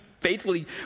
faithfully